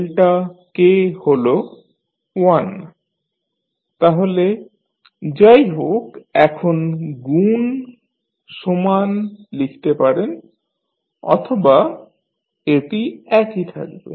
delta k হল 1 তাহলে যাই হোক এখন গুণ সমান লিখতে পারেন অথবা এটি একই থাকবে